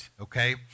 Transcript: okay